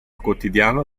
quotidiano